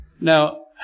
Now